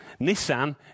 Nissan